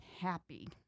Happy